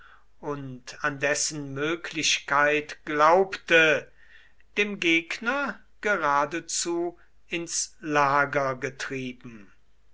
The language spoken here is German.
und an dessen möglichkeit glaubte dem gegner geradezu ins lager getrieben